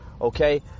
okay